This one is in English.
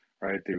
right